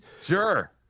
Sure